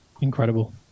Incredible